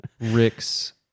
rick's